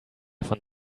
von